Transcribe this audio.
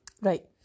Right